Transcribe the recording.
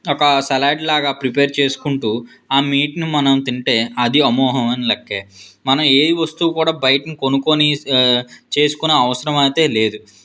ఒక సలాడ్ లాగ ప్రిపేర్ చేసుకుంటూ ఆ మీట్ని మనం తింటే అది అమోఘం లెక్కే మనం ఏ వస్తువుని కూడా బయట కొనుక్కుని చేసుకునే అవసరం అయితే లేదు